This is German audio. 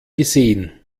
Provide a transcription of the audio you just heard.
gesehen